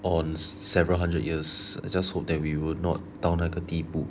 on several hundred years I just hope that we will not 到那个地步